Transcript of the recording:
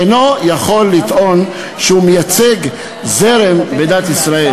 אינו יכול לטעון שהוא מייצר זרם בעם ישראל.